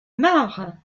marre